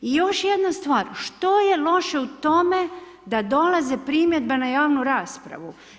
I još jedna stvar, što je loše u tome da dolaze primjedbe na javnu raspravu.